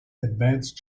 advanced